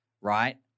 right